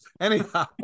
Anyhow